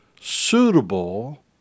suitable